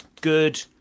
good